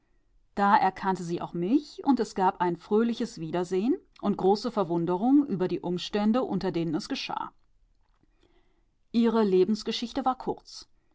da erkannte sie auch mich und es gab ein fröhliches wiedersehen und große verwunderung über die umstände unter denen es geschah ihre lebensgeschichte war kurz